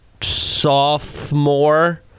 sophomore